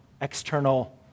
external